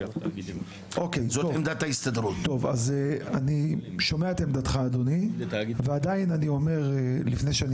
טוב אז אני שומע את עמדתך אדוני ועדיין אני אומר לפני שאני